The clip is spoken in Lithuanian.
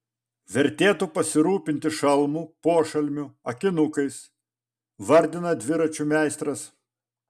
vertėtų pasirūpinti šalmu pošalmiu akinukais vardina dviračių meistras